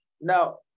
now